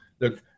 look